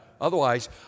Otherwise